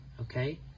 okay